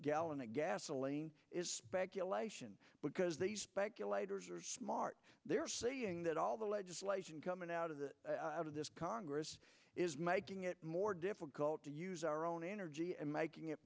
gallon of gasoline is speculation because the speculators are smart they're seeing that all the legislation coming out of the out of this congress is making it more difficult to use our own energy and making it